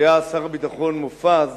כשהיה שר הביטחון מופז,